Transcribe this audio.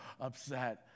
upset